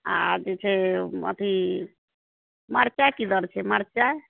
आ जे छै अथी मरचाइ की दर छै मरचाइ